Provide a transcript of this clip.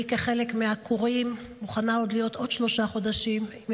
אני כחלק מהעקורים מוכנה להיות עוד שלושה חודשים אם